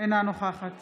אינה נוכחת